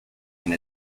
and